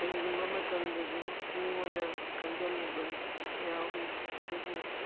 ꯀꯔꯤꯒꯨꯝꯕ ꯃꯇꯝꯗꯁꯨ ꯃꯤꯉꯣꯟꯗ ꯀꯟꯖꯤꯜꯂꯨꯕ ꯌꯥꯎꯏ ꯑꯗꯨꯕꯨ